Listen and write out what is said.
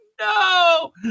no